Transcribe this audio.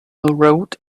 wrote